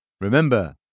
Remember